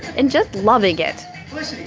and just loving it felicity